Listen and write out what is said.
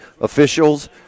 officials